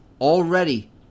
already